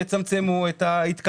תצמצמו את התורים,